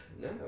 No